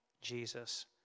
Jesus